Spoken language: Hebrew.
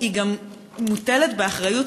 הציבור, מניעת הכלבת גם מוטלת על משרדך.